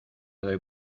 doy